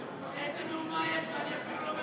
איזו דוגמה יש, ואני אפילו לא מדבר.